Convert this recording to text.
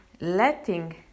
letting